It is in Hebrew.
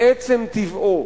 מעצם טבעו,